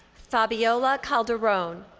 fabiola caldorone.